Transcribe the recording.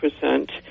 percent